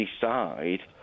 decide